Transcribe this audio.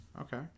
Okay